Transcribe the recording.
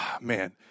man